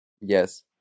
Yes